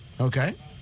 okay